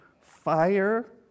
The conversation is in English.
fire